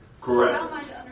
Correct